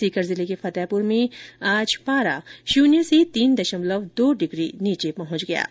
सीकर जिले के फतेहपुर में आज पारा शून्य से तीन दशमलव दो डिग्री नीचे पहुंच गया है